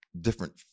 different